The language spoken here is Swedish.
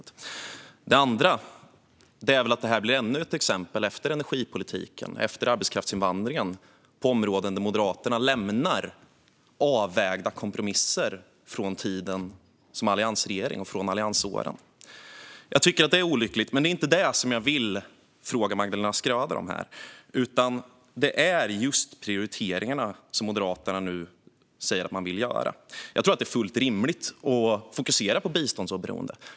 För det andra blir detta ännu ett exempel, efter energipolitiken och arbetskraftsinvandringen, på områden där Moderaterna lämnar avvägda kompromisser från tiden i alliansregeringen och alliansåren. Jag tycker att detta är olyckligt. Det är dock inte detta jag vill fråga Magdalena Schröder om utan om prioriteringarna som Moderaterna säger sig vilja göra. Det är fullt rimligt att fokusera på biståndsoberoende.